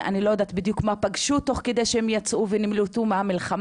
אני לא יודעת בדיוק מה הם פגשו תוך כדי שהם יצאו ונמלטו מהמלחמה,